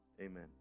Amen